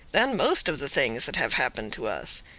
than most of the things that have happened to us.